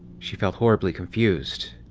she felt horribly confused.